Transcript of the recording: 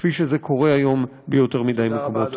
כפי שזה קורה היום ביותר מדי מקומות.